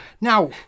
Now